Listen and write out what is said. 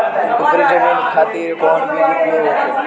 उपरी जमीन खातिर कौन बीज उपयोग होखे?